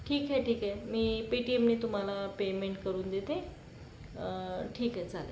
ठीक आहे ठीक आहे मी पे टी एमने तुम्हाला पेमेंट करून देते ठीक आहे चालेल